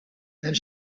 and